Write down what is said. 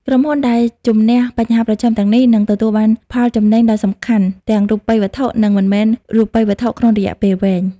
ក្រុមហ៊ុនដែលជម្នះបញ្ហាប្រឈមទាំងនេះនឹងទទួលបានផលចំណេញដ៏សំខាន់ទាំងរូបិយវត្ថុ និងមិនមែនរូបិយវត្ថុក្នុងរយៈពេលវែង។